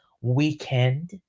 weekend